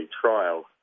trial